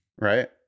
Right